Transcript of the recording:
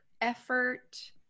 effort